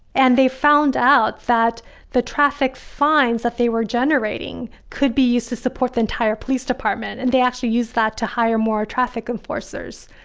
and they found out that the traffic fines that they were generating could be used to support the entire police department. and they actually use that to hire more traffic enforcers.